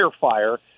fire